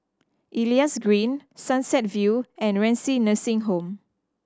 Elias Green Sunset View and Renci Nursing Home